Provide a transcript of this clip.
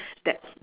that